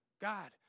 God